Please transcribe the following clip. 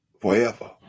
forever